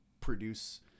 produce